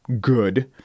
good